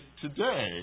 today